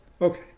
Okay